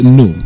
no